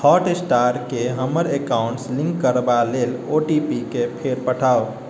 हॉटस्टारकेँ हमर अकाउंटसँ लिंक करबा लेल ओटीपीकेँ फेर पठाउ